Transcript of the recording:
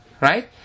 Right